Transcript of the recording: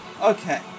okay